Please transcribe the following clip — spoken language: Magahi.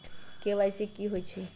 के.वाई.सी कि होई छई?